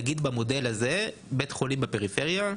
במודל הזה בית חולים בפריפריה,